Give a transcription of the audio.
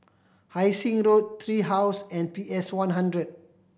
Hai Sing Road Tree House and P S One hundred